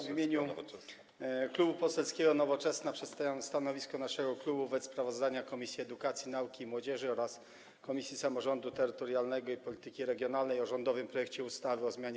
W imieniu Klubu Poselskiego Nowoczesna przedstawiam stanowisko naszego klubu wobec sprawozdania Komisji Edukacji, Nauki i Młodzieży oraz Komisji Samorządu Terytorialnego i Polityki Regionalnej o rządowym projekcie ustawy o zmianie